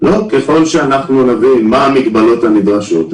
ככל שנבין מהם המגבלות הנדרשות,